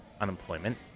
unemployment